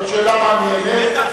זאת שאלה מעניינת,